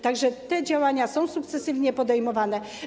Tak więc działania są sukcesywnie podejmowane.